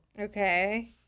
Okay